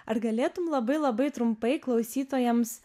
ar galėtum labai labai trumpai klausytojams